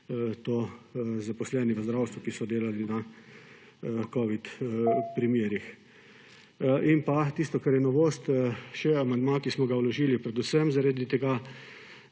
zaposleni v zdravstvu, ki so delali na covid primerih. In pa tisto, kar je novost, še amandma, ki smo ga vložili predvsem zaradi teh